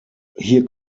hier